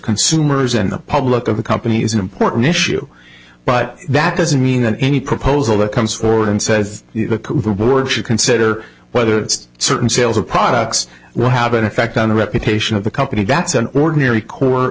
consumers and the public of the company is an important issue but that doesn't mean that any proposal that comes forward and says the board should consider whether it's certain sales of products will have an effect on the reputation of the company that's an ordinary core